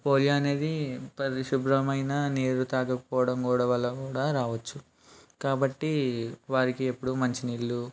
polio అనేది పరిశుభ్రమైన నీరు తాగకపోవడం కూడా వల్ల కూడా రావచ్చు కాబట్టి వారికీ ఎప్పుడు మంచి నీళ్ళు